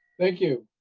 thank you,